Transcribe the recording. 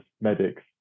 medics